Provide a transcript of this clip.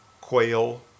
quail